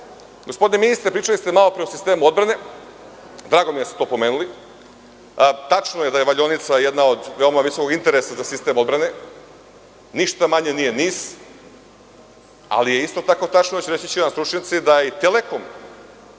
gospodine ministre, pričali ste malopre o sistemu odbrane. Drago mi je da ste to pomenuli. Tačno je da je valjaonica jedna od veoma visokih sistema u sistemu odbrane. Ništa manje nije NIS, ali je isto tako, reći će vam stručnjaci, da je i „Telekom“